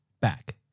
back